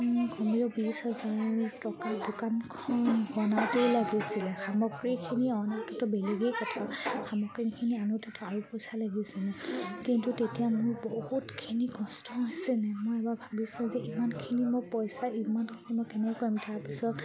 মই ঘৰো বিছ হাজাৰ টকা দোকানখন বনাওঁতেই লাগিছিলে সামগ্ৰীখিনি অনাতোটো বেলেগেই কথা সামগ্ৰীখিনি আনোঁতোতো আৰু পইচা লাগিছেনে কিন্তু তেতিয়া মোৰ বহুতখিনি কষ্ট হৈছেনে মই এবাৰ ভাবিছোঁ যে ইমানখিনি মোৰ পইচা ইমানখিনি মই কেনেকৈ কৰিম তাৰপিছত